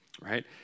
right